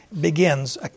begins